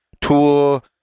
Tool